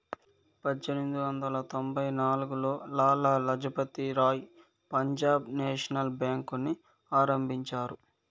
పజ్జేనిమిది వందల తొంభై నాల్గులో లాల లజపతి రాయ్ పంజాబ్ నేషనల్ బేంకుని ఆరంభించారు